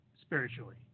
spiritually